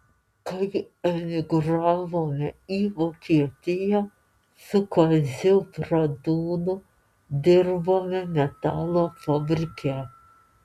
kai emigravome į vokietiją su kaziu bradūnu dirbome metalo fabrike